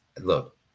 Look